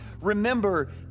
remember